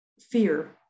fear